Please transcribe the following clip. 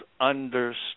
understood